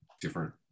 different-